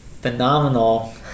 phenomenal